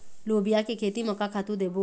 लोबिया के खेती म का खातू देबो?